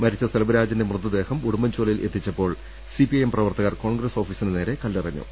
മരിച്ച സെൽവരാജിന്റെ മൃതദേഹം ഉടുമ്പൻചോലയിൽ എത്തിച്ചപ്പോൾ സി പി ഐ എം പ്രവർത്തകർ കോൺഗ്രസ്സ് ഓഫീസിന് നേരെ കല്ലെറിഞ്ഞു